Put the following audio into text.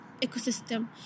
ecosystem